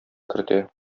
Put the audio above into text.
кертә